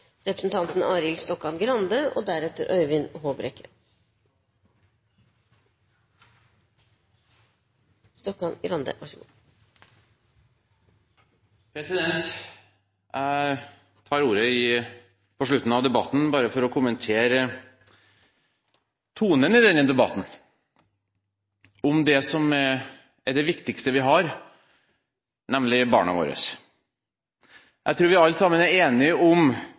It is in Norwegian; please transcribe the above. Jeg tar ordet på slutten av debatten bare for å kommentere tonen i denne debatten om det som er det viktigste vi har, nemlig barna våre. Jeg tror vi alle er enige om